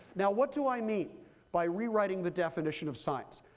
now what do i mean by rewriting the definition of science?